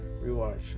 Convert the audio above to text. Rewatch